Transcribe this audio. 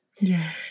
Yes